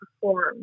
perform